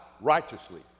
righteously